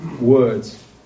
words